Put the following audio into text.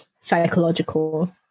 psychological